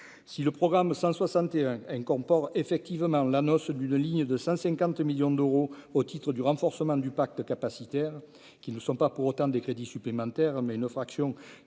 si le programme 161 incorpore effectivement l'annonce d'une ligne de 150 millions d'euros au titre du renforcement du Pacte capacitaire qui ne sont pas pour autant des crédits supplémentaires mais une fraction